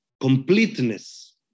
completeness